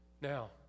Now